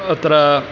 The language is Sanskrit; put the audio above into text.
अत्र